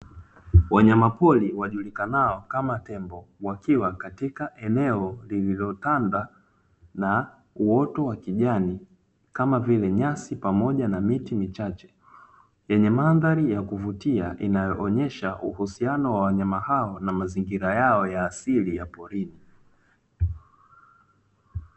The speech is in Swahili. Wanyama pori wajulikanao kama tembo wakiwa katika eneo lililotanda na uoto wa kijani kama vile nyasi pamoja na miti michache, yenye mandhari ya kuvutia inayoonyesha uhusiano wa wanyama hao na mazingira yao ya asili ya porini.